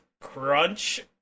crunch